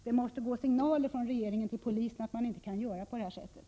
Det måste gå signaler från regeringen till polisen att polisen inte får göra på det här sättet.